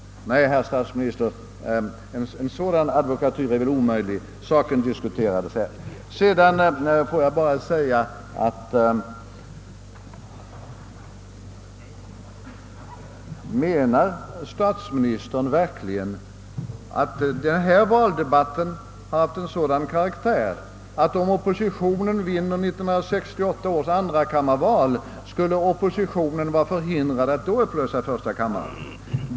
Nej, herr statsminister, en sådan advokatyr är inte möjlig att använda. Låt mig vidare fråga, om statsministern verkligen menar att årets valdebatt haft en sådan karaktär, att oppositionen, därest den skulle vinna 1968 års andrakammarval, skulle vara förhindrad att då upplösa första kammaren?